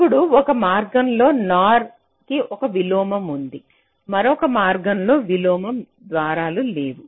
ఇప్పుడు ఒక మార్గంలో NOR కి ఒక విలోమం ఉంది మరొక మార్గంలో విలోమ ద్వారాలు లేవు